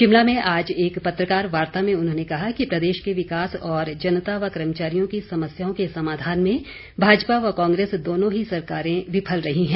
शिमला में आज एक पत्रकार वार्ता में उन्होंने कहा कि प्रदेश के विकास और जनता व कर्मचारियों की समस्याओं के समाधान में भाजपा व कांग्रेस दोनों ही सरकारें विफल रही हैं